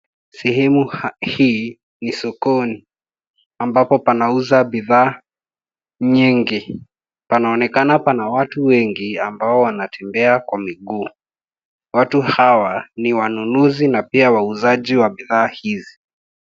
Sehemu hii ni sokoni ambapo panauza bidhaa nyingi. Panaonekana pana watu wengi ambao wanatembea kwa miguu. Watu hawa ni wanunuzi na pia wauzaji wa bidhaa hizi,